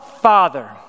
Father